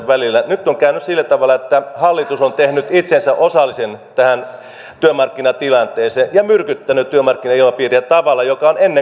nyt on käynyt sillä tavalla että hallitus on tehnyt itsestään osallisen tähän työmarkkinatilanteeseen ja myrkyttänyt työmarkkinailmapiiriä tavalla joka on ennenkuulumatonta suomalaisessa yhteiskunnassa